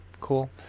cool